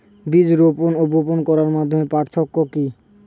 বীজ রোপন ও বপন করার মধ্যে পার্থক্য কি?